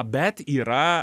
bet yra